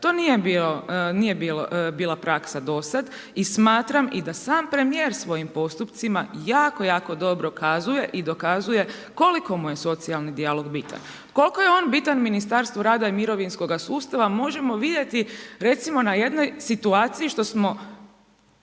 To nije bila praksa do sad i smatram i da sam premijer svojim postupcima jako, jako dobro kazuje i dokazuje koliko mu je socijalni dijalog bitan. Koliko je on bitan Ministarstvu rada i mirovinskoga sustava možemo vidjeti recimo na jednoj situaciji što smo